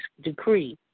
decree